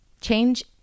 change